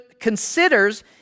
considers